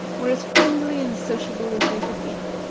were as friendly and sociable as they could be,